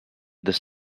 this